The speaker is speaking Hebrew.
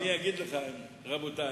רבותי,